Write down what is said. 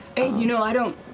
you know, i don't,